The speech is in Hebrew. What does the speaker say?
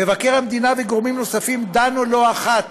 מבקר המדינה וגורמים נוספים דנו לא אחת